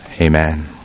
amen